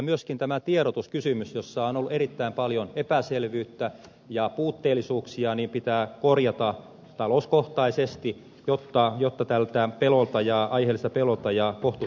myöskin tiedotuskysymys jossa on ollut erittäin paljon epäselvyyttä ja puutteellisuuksia pitää korjata talouskohtaisesti jotta tältä aiheelliselta pelolta ja kohtuuttomilta kustannuksilta vältytään